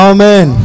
Amen